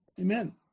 Amen